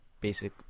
basic